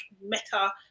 meta